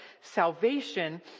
salvation